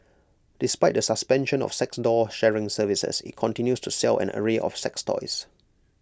despite the suspension of sex doll sharing services IT continues to sell an array of sex toys